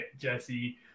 Jesse